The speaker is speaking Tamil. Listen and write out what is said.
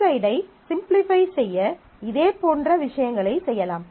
லெப்ட் சைடை சிம்ப்ளிஃபை செய்ய இதே போன்ற விஷயங்களைச் செய்யலாம்